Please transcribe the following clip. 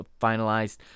finalized